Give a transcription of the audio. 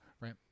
Right